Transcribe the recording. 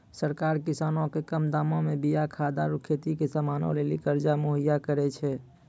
सरकार किसानो के कम दामो मे बीया खाद आरु खेती के समानो लेली कर्जा मुहैय्या करै छै